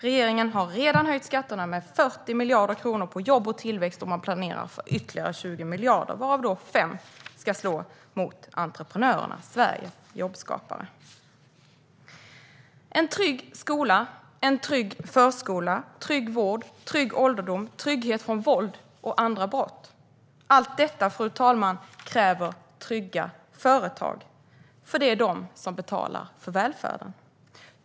Regeringen har redan höjt skatterna med 40 miljarder kronor på jobb och tillväxt, och man planerar för ytterligare 20 miljarder, varav 5 miljarder ska slå mot entreprenörerna - Sveriges jobbskapare. En trygg skola, en trygg förskola, trygg vård, trygg ålderdom, trygghet från våld och andra brott: Allt detta, fru talman, kräver trygga företag, för det är de som betalar för välfärden.